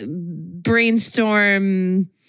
brainstorm